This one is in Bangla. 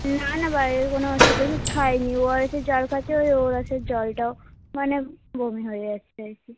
না না বাইরের কোনো ওষুধ টষুদ খাই নি ও আর এসের জল খাচ্ছি ওই ও আর এসের জলটাও মানে বমি হয়ে যাচ্ছে আর কি